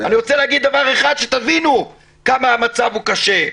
אני רוצה להגיד דבר אחד כדי שתבינו כמה המצב הוא קשה.